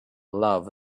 love